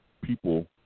people